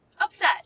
Upset